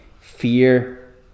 fear